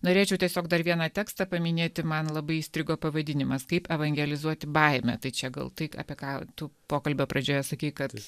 norėčiau tiesiog dar vieną tekstą paminėti man labai įstrigo pavadinimas kaip evangelizuoti baimę tai čia gal tai apie ką tu pokalbio pradžioje sakei kad